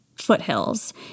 Foothills